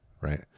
right